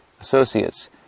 associates